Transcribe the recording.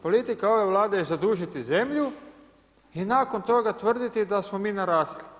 Politika ove Vlade je zadužiti zemlju i nakon toga tvrditi da smo mi narasli.